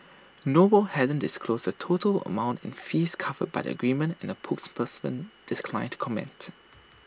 noble hasn't disclosed the total amount in fees covered by the agreement and A spokesperson declined to comment